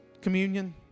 communion